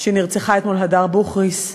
שבו נרצחה אתמול הדר בוכריס.